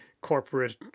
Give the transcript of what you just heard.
corporate